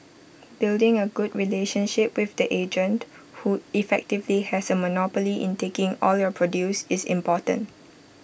building A good relationship with the agent who effectively has A monopoly in taking all your produce is important